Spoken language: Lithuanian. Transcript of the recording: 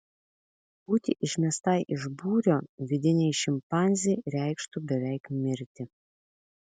būti išmestai iš būrio vidinei šimpanzei reikštų beveik mirti